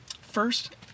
first